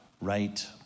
right